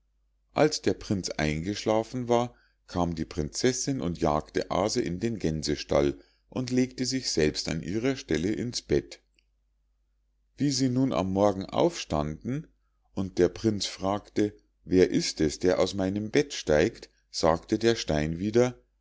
als der prinz eingeschlafen war kam die prinzessinn und jagte aase in den gänsestall und legte sich selbst an ihre stelle ins bett wie sie nun am morgen aufstanden und der prinz fragte wer ist es der aus meinem bett steigt sagte der stein wieder